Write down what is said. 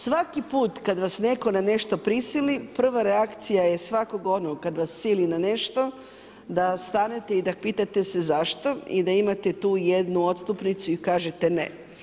Svaki put kad vas netko na nešto prisili prva reakcija je, ono kad vas sili na nešto, da stanete i da pitate se zašto i da imate tu jednu odstupnicu i kažete ne.